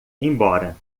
embora